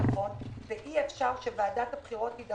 אפשר להתחיל